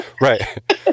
Right